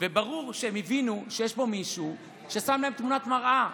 וברור שהם הבינו שיש פה מישהו ששם להם תמונת מראה,